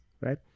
right